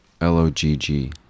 L-O-G-G